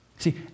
See